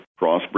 Crossbreed